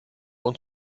und